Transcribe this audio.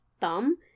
thumb